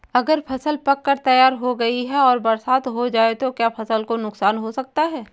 अगर फसल पक कर तैयार हो गई है और बरसात हो जाए तो क्या फसल को नुकसान हो सकता है?